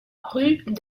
rue